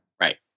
Right